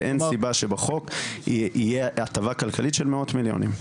ואין סיבה שבחוק יהיה הטבה כלכלית של מאות מיליונים.